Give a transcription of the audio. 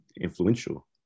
influential